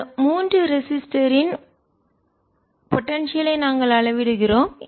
இந்த மூன்று மின்தடையங்களில் உள்ள போடன்சியல் ஐ நாங்கள் அளவிடுகிறோம்